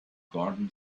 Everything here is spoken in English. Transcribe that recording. garden